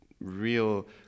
real